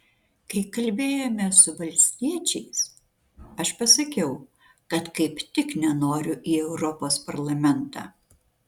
kai kalbėjome su valstiečiais aš pasakiau kad kaip tik nenoriu į europos parlamentą